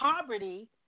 poverty